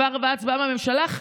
כבר בהצבעה בממשלה,